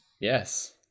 Yes